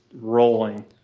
rolling